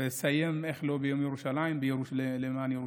ואסיים, איך לא, ביום ירושלים, ביום למען ירושלים.